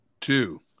two